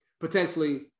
potentially